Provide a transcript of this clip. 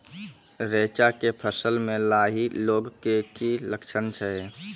रैचा के फसल मे लाही लगे के की लक्छण छै?